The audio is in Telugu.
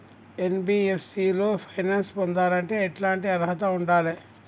ఎన్.బి.ఎఫ్.సి లో ఫైనాన్స్ పొందాలంటే ఎట్లాంటి అర్హత ఉండాలే?